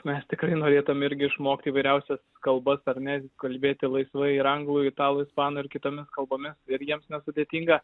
mes tikrai norėtume irgi išmokti įvairiausias kalbas ar ne kalbėti laisvai ir anglų italų ispanų ir kitomis kalbomis ir jiems nesudėtinga